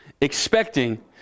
expecting